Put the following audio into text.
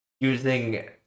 using